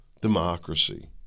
democracy